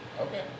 Okay